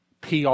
PR